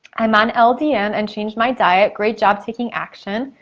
i'm on ldn and changed my diet. great job taking action.